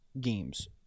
games